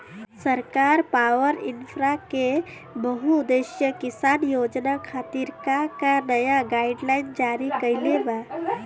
सरकार पॉवरइन्फ्रा के बहुउद्देश्यीय किसान योजना खातिर का का नया गाइडलाइन जारी कइले बा?